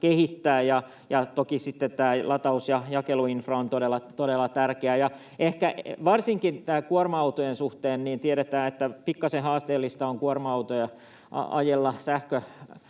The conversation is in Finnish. ja toki sitten tämä lataus- ja jakeluinfra on todella tärkeää. Varsinkin kuorma-autojen suhteen tiedetään, että pikkasen haasteellista on kuorma-autoja ajella sähköautoina,